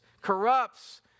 corrupts